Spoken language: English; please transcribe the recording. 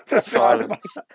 Silence